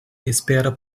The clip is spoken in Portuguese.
espera